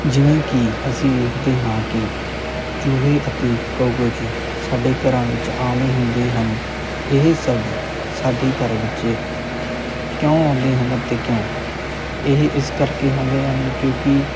ਜਿਵੇਂ ਕਿ ਅਸੀਂ ਵੇਖਦੇ ਹਾਂ ਕਿ ਚੂਹੇ ਅਤੇ ਕੋਕਰੋਚ ਸਾਡੇ ਘਰਾਂ ਵਿੱਚ ਆਮ ਹੀ ਹੁੰਦੇ ਹਨ ਇਹ ਸਭ ਸਾਡੇ ਘਰ ਵਿੱਚ ਕਿਉਂ ਆਉਂਦੇ ਹਨ ਅਤੇ ਕਿਉਂ ਇਹ ਇਸ ਕਰਕੇ ਹੁੰਦੇ ਹਨ ਕਿਉਂਕਿ